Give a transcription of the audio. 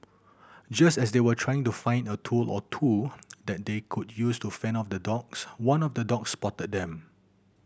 just as they were trying to find a tool or two that they could use to fend off the dogs one of the dogs spotted them